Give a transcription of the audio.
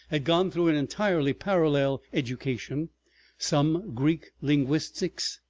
had gone through an entirely parallel education some greek linguistics,